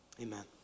Amen